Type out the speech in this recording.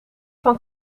van